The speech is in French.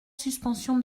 suspension